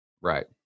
Right